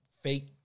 fake